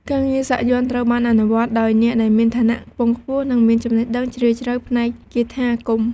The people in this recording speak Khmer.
ការងារសាក់យ័ន្តត្រូវបានអនុវត្តដោយអ្នកដែលមានឋានៈខ្ពង់ខ្ពស់ និងមានចំណេះដឹងជ្រាលជ្រៅផ្នែកគាថាអាគម។